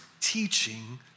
teaching